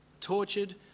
tortured